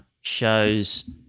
shows